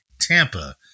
Tampa